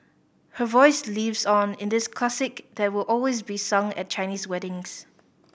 her voice lives on in this classic that will always be sung at Chinese weddings